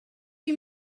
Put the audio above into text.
you